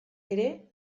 ere